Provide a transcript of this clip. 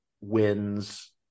wins